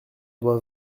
dois